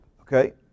Okay